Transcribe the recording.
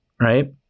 right